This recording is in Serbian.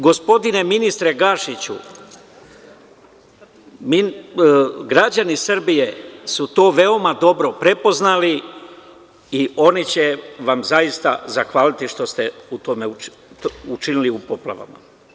Gospodine ministre Gašiću, građani Srbije su to veoma dobro prepoznali i oni će vam zaista zahvaliti što ste učinili u poplavama.